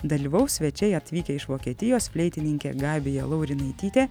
dalyvaus svečiai atvykę iš vokietijos fleitininkė gabija laurinaitytė